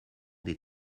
des